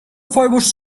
fibers